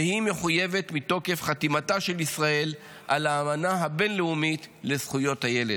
והיא מחויבת מתוקף חתימתה של ישראל על האמנה הבין-לאומית לזכויות הילד.